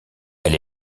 elle